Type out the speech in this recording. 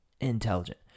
intelligent